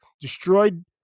destroyed